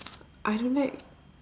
I don't like